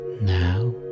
Now